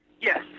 Yes